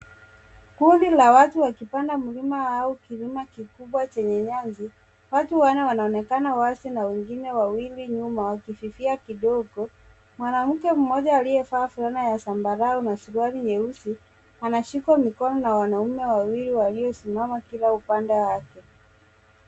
Kundi la watu wakipanda mlima au kilima kikubwa chenye nyasi. Watu wanne wanaonekana wazi na wengine wawili nyuma wakififia kidogo. Mwanamke mmoja aliyevaa fulana ya zambarau na suruali nyeusi anashikwa mikono na wanaume wawili waliosimama kila upande wake.